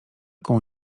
koło